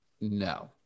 No